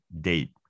date